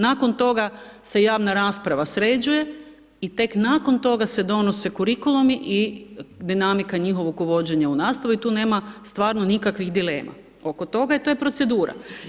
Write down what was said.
Nakon toga se javna rasprava sređuje i tek nakon toga se donose kurikulumi i dinamika njihovog uvođenja u nastavi i tu nema stvarno nikakvih dilema oko toga jer to je procedura.